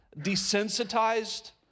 desensitized